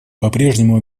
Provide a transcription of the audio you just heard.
попрежнему